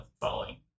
following